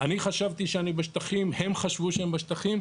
אני חשבתי שאני בשטחים, הם חשבו שהם בשטחים,